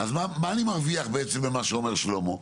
מה אני מרוויח בעצם ממה שאומר שלמה?